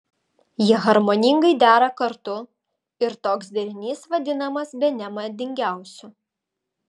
jie harmoningai dera kartu ir toks derinys vadinamas bene madingiausiu